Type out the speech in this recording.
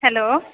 hello